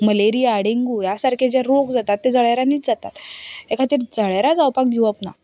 malaria dengue ह्या सारके जे रोग जाता ते जळारांनीच जातात ह्या खातीर जळारां जावंक दिवप ना